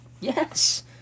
Yes